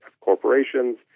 corporations